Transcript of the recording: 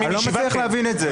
אני לא בקריאה שלישית, לא קראת לי.